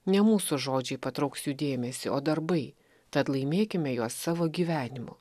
ne mūsų žodžiai patrauks jų dėmesį o darbai tad laimėkime juos savo gyvenimu